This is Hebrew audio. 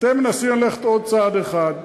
אתם מנסים ללכת עוד צעד אחד.